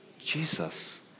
Jesus